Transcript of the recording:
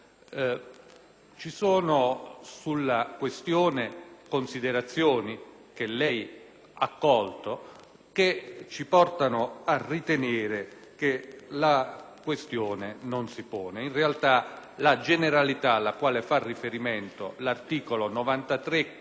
merita. Sulla questione vi sono considerazioni che lei ha colto che ci portano a ritenere che essa non si ponga. In realtà, la generalità alla quale fa riferimento l'articolo 93 comprende